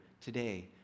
today